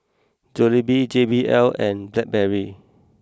Jollibee J B L and Blackberry